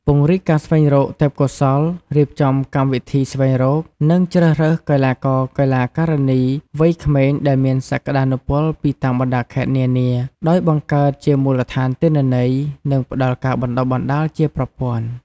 ពង្រីកការស្វែងរកទេពកោសល្យ រៀបចំកម្មវិធីស្វែងរក និងជ្រើសរើសកីឡាករ-កីឡាការិនីវ័យក្មេងដែលមានសក្តានុពលពីតាមបណ្ដាខេត្តនានា ដោយបង្កើតជាមូលដ្ឋានទិន្នន័យ និងផ្តល់ការបណ្តុះបណ្តាលជាប្រព័ន្ធ។